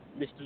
Mr